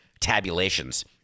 tabulations